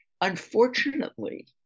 Unfortunately